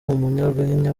umunyarwenya